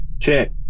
Check